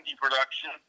production